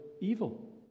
evil